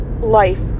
life